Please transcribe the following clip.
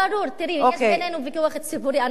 תראי, יש בינינו ויכוח ציבורי, אנחנו לא נסכים.